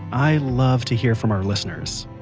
i love to hear from our listeners,